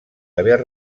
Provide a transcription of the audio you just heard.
haver